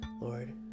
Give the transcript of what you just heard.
Lord